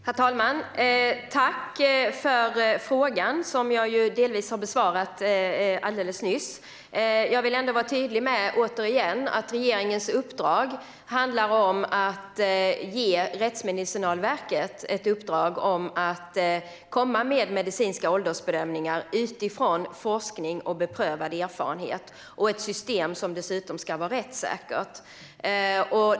Herr talman! Jag tackar för frågan, som jag delvis besvarade alldeles nyss. Jag vill ändå återigen vara tydlig med att regeringens uppdrag till Rättsmedicinalverket handlar om att komma med medicinska åldersbedömningar utifrån forskning och beprövad erfarenhet och om att ha ett rättssäkert system.